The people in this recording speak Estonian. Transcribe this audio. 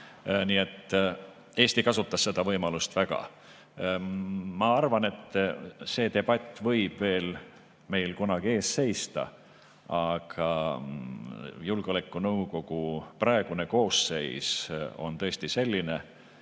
Nii et Eesti kasutas seda võimalust väga. Ma arvan, et see debatt võib veel meil kunagi ees seista, aga julgeolekunõukogu praegune koosseis on tõesti selline,